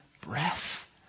breath